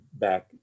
back